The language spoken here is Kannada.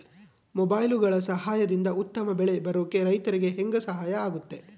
ಮೊಬೈಲುಗಳ ಸಹಾಯದಿಂದ ಉತ್ತಮ ಬೆಳೆ ಬರೋಕೆ ರೈತರಿಗೆ ಹೆಂಗೆ ಸಹಾಯ ಆಗುತ್ತೆ?